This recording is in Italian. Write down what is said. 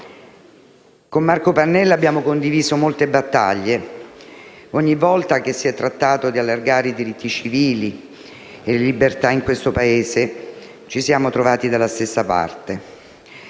Con Marco Pannella abbiamo condiviso molte battaglie: ogni volta che si è trattato di allargare i diritti civili e le libertà in questo Paese ci siamo trovati dalla stessa parte.